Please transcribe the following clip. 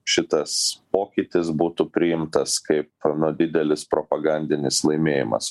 šitas pokytis būtų priimtas kaip nu didelis propagandinis laimėjimas